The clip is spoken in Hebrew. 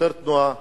שוטר תנועה,